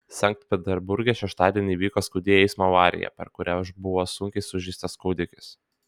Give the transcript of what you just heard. sankt peterburge šeštadienį įvyko skaudi eismo avarija per kurią buvo sunkiai sužeistas kūdikis